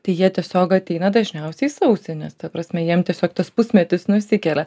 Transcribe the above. tai jie tiesiog ateina dažniausiai sausį nes ta prasme jiem tiesiog tas pusmetis nusikelia